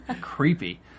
Creepy